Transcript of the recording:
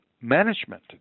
management